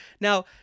Now